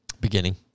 Beginning